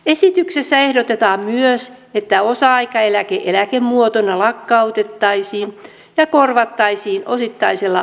esityksessä ehdotetaan myös että osa aikaeläke eläkemuotona lakkautettaisiin ja korvattaisiin osittaisella varhennetulla vanhuuseläkkeellä